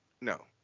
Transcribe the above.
no